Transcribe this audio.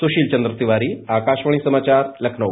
सुशील चन्द्र तिवारी आकाशवाणी समाचार लखनऊ